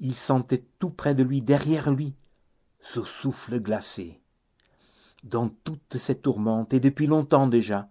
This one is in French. il sentait tout près de lui derrière lui ce souffle glacé dans toutes ces tourmentes et depuis longtemps déjà